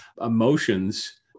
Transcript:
emotions